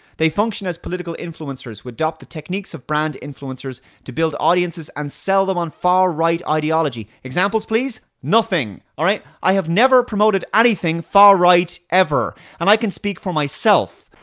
they function as political influencers who adopt the techniques of brand influencers to build audiences and sell them on far-right ideology. examples, please? nothing! alright? i have never promoted anything far-right, ever. and i can speak for myself!